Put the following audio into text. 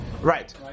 Right